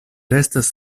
restas